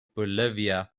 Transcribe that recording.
bolivia